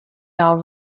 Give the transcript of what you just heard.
are